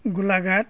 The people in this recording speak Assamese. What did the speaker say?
গোলাঘাট